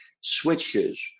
switches